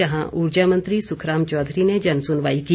जहां ऊर्जा मंत्री सुखराम चौधरी ने जनसुनवाई की